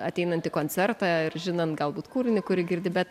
ateinantį koncertą ir žinant galbūt kūrinį kurį girdi bet